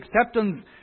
acceptance